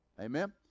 Amen